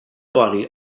body